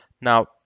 Now